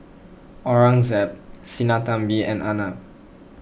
Aurangzeb Sinnathamby and Arnab